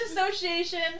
Association